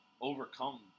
overcome